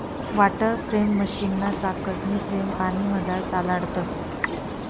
water frame मशीनना चाकसनी frame पानीमझार चालाडतंस